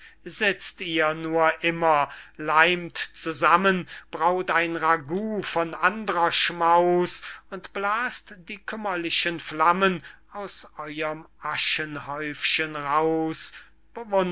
sitzt ihr nur immer leimt zusammen braut ein ragout von andrer schmaus und blas't die kümmerlichen flammen aus eurem aschenhäufchen